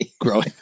Growing